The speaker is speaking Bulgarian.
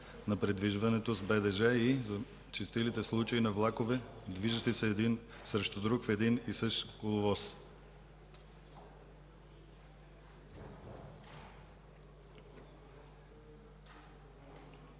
на придвижването с БДЖ и зачестилите случаи на влакове, движещи се един срещу друг в един и същ коловоз.